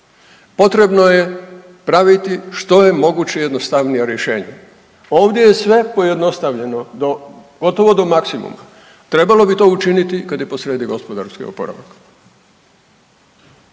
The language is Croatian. potrebno je praviti što je moguće jednostavnija rješenja. Ovdje je sve pojednostavljeno do, gotovo do maksimuma. Trebalo bi to učiniti kada je posrijedi gospodarski oporavak